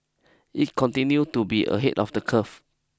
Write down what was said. it continue to be ahead of the curve